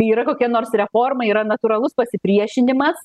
yra kokia nors reforma yra natūralus pasipriešinimas